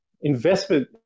investment